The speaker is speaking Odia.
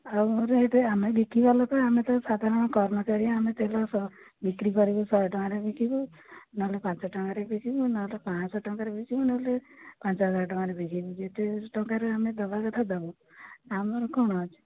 ଆଉ ଏବେ ଆମେ ବିକିବା ଲୋକ ଆମେ ତ ସାଧାରଣ କର୍ମଚାରୀ ଆମେ ତେଲ ବିକ୍ରି କରିବୁ ଶହେ ଟଙ୍କାରେ ବିକିବୁ ନହେଲେ ପାଞ୍ଚ ଟଙ୍କାରେ ବିକିବୁ ନହେଲେ ପାଞ୍ଚଶହ ଟଙ୍କାରେ ବିକିବୁ ନହେଲେ ପାଞ୍ଚ ହଜାର ଟଙ୍କାରେ ବିକିବୁ ଯେତେ ଟଙ୍କାରେ ଆମେ ଦେବା କଥା ଦେବୁ ଆମର କ'ଣ ଅଛି